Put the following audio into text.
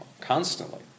constantly